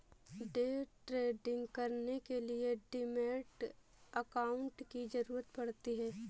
day trading करने के लिए डीमैट अकांउट की जरूरत पड़ती है